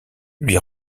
lui